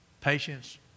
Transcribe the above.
Patience